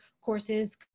courses